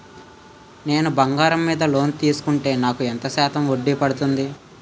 నేను బంగారం మీద లోన్ తీసుకుంటే నాకు ఎంత శాతం వడ్డీ పడుతుంది?